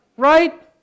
Right